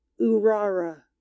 urara